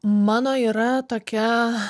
mano yra tokia